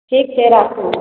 ठीक छै राखू